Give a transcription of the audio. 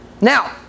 now